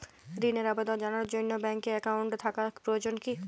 ঋণের আবেদন জানানোর জন্য ব্যাঙ্কে অ্যাকাউন্ট থাকা প্রয়োজন কী?